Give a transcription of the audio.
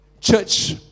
Church